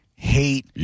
hate